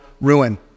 ruin